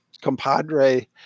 compadre